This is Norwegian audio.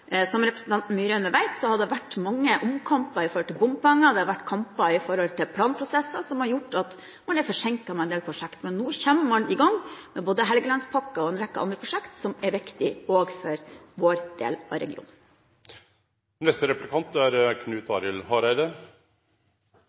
Som representanten Myraune vet, har det vært mange omkamper om bompenger, og det har vært kamper knyttet til planprosesser som har gjort at man er forsinket med en del prosjekter. Men nå kommer man i gang med både Helgelandspakke og en rekke andre prosjekter som er viktig også for vår del av